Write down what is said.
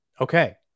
okay